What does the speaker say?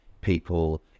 people